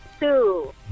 Two